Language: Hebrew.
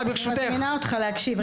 אני מזמינה אותך להקשיב.